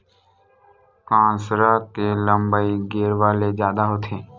कांसरा के लंबई गेरवा ले जादा होथे